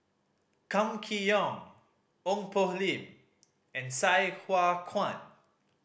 Kam Kee Yong Ong Poh Lim and Sai Hua Kuan